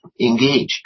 engage